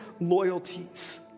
loyalties